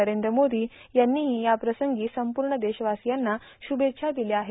नरेंद्र मोदी यांनीही याप्रसंगी संपूर्ण देशवासियांना शुभेच्छा दिल्या आहेत